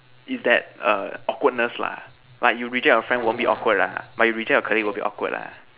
is that err awkwardness lah like you reject your friend won't be awkward lah but you reject your colleague will be awkward lah